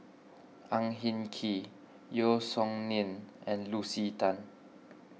Ang Hin Kee Yeo Song Nian and Lucy Tan